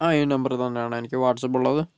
ആ ഈ നമ്പറിൽ തന്നെയാണ് എനിക്ക് വാട്സപ്പ് ഉള്ളത്